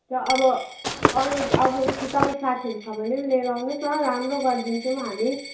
र अब अरू अब उत्यो तपाईँको साथीहरू छ भने पनि लिएर आउनुहोस् न राम्रो गरिदिन्छौँ हामी